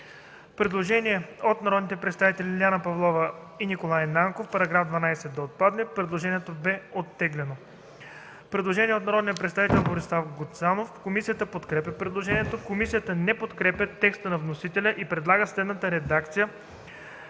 Предложение от народните представители Лиляна Павлова и Николай Нанков –§ 12 да отпадне. Предложението бе оттеглено. Предложение от народния представител Борислав Гуцанов. Комисията подкрепя предложението. Комисията не подкрепя текста на вносителя и предлага следната редакция